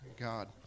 God